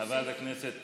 חברת הכנסת